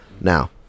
Now